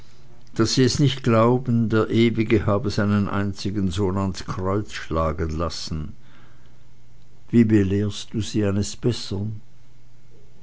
daß sie es nicht glauben der ewige habe seinen einigen sohn ans kreuz schlagen lassen wie belehrst du sie eines besseren